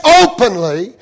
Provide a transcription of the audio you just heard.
openly